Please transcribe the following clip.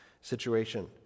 situation